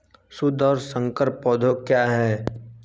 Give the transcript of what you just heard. शुद्ध और संकर पौधे क्या हैं?